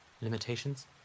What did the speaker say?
limitations